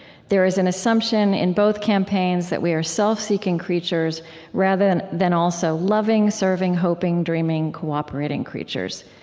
there is an assumption in both campaigns that we are self-seeking creatures rather than than also loving, serving, hoping, dreaming, cooperating creatures.